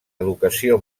educació